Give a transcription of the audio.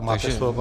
Máte slovo.